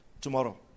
tomorrow